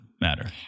matter